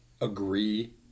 agree